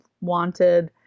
wanted